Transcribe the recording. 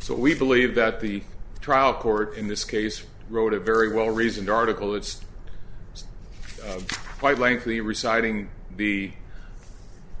so we believe that the trial court in this case wrote a very well reasoned article it's quite lengthy reciting the